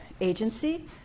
agency